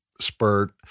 spurt